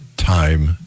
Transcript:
time